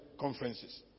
conferences